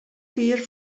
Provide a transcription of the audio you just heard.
fier